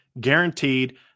guaranteed